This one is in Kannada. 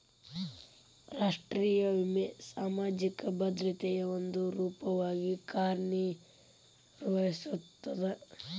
ರಾಷ್ಟ್ರೇಯ ವಿಮೆ ಸಾಮಾಜಿಕ ಭದ್ರತೆಯ ಒಂದ ರೂಪವಾಗಿ ಕಾರ್ಯನಿರ್ವಹಿಸ್ತದ